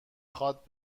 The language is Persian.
خواد